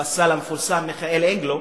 את הפסל המפורסם מיכלאנג'לו,